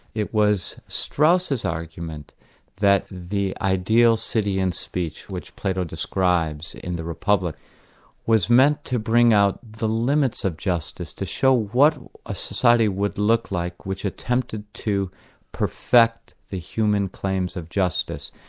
it was strauss's argument that the ideal city in speech which plato describes in the republic was meant to bring out the limits of justice to show what a society would look like which attempted to perfect the human claims of justice.